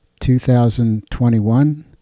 2021